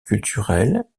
culturelle